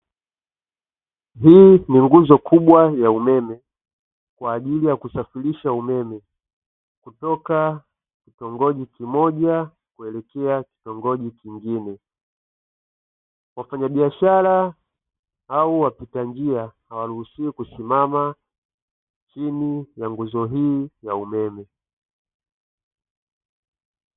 Hii ni nguzo kubwa ya umeme kwa ajili ya kusafirisha umeme kutoka kitongoji kimoja kuelekea kitongoji kingine. Wafanyabiashara au wapita njia hawaruhusiwi kusimama chini ya nguzo hii ya umeme.